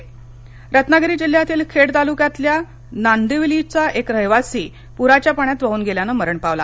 रत्नागिरी रत्नागिरी जिल्ह्यातील खेड तालुक्यातल्या नांदिवलीचा एक रहिवासी पुराच्या पाण्यात वाहून गेल्यानं मरण पावला